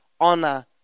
honor